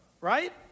right